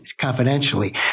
Confidentially